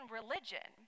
religion